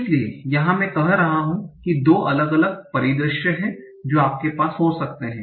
इसलिए यहां मैं कह रहा हूं कि 2 अलग अलग परिदृश्य हैं जो आपके पास हो सकते हैं